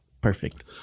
Perfect